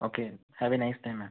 okay have a nice day ma'am